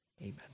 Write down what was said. amen